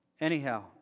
Anyhow